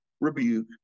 rebuke